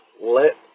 Let